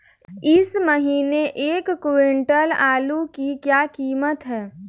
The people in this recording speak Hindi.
इस महीने एक क्विंटल आलू की क्या कीमत है?